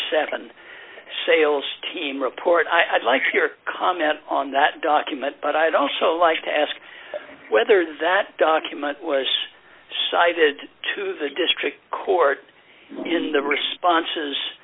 seven sales team report i'd like your comment on that document but i'd also like to ask whether that document was cited to the district court in the responses